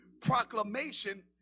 proclamation